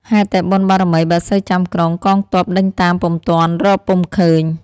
ហេតុតែបុណ្យបារមីបក្សីចាំក្រុង កងទ័ពដេញតាមពុំទាន់ រកពុំឃើញ។